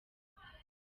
kane